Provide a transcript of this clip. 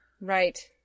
Right